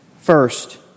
First